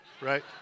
right